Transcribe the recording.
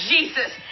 Jesus